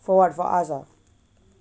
for what for us ah